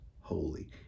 holy